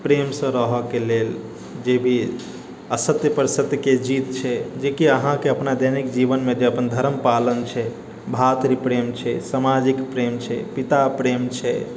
प्रेमसँ रहैके लेल जे भी असत्यपर सत्यके जीत छै जेकि अहाँके अपना दैनिक जीवनमे अपन धर्मपालन छै भातृप्रेम छै सामाजिक प्रेम छै पिता प्रेम छै